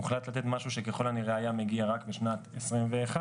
הוחלט לתת משהו שככל הנראה היה מגיע רק משנת 21',